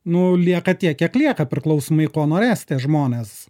nu lieka tiek kiek lieka priklausomai ko norės tie žmonės